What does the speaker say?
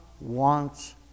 wants